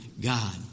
God